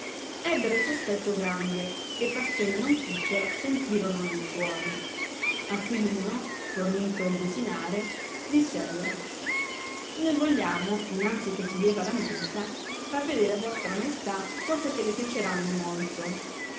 ebbero sospetto grande e passione non picciola sentirono nel cuore acquirino fornito il desinare disse al re noi vogliamo innanzi che si leva la mensa far vedere a vostra maestà cose che le piaceranno molto